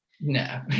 no